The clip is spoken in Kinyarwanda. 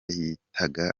yitaga